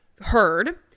heard